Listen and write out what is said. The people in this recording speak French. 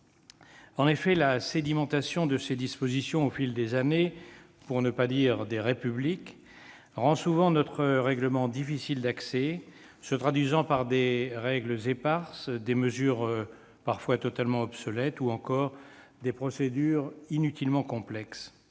collègues, la sédimentation de ses dispositions au fil des années- pour ne pas dire des Républiques -rend souvent notre règlement difficile d'accès, se traduisant par des règles éparses, des mesures parfois totalement obsolètes ou encore des procédures inutilement complexes.